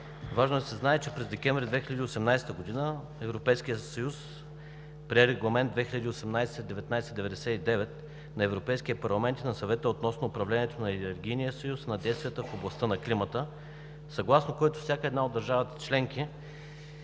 Важно е да се знае, че през декември 2018 г. Европейският съюз прие Регламент 2018/19/99 на Европейския парламент и на Съвета относно управлението на Енергийния съюз, на действията в областта на климата, съгласно който всяка една от държавите членки,